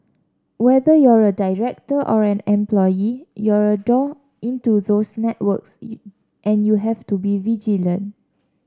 whether you're a director or an employee you're a door into those networks and you have to be vigilant